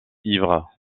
ivre